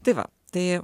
tai va tai